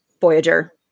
Voyager